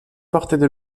portaient